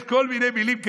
יש כל מיני מילים כאלה.